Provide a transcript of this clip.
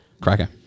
Cracker